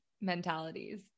mentalities